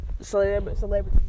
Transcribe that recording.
celebrity